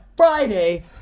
Friday